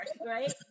right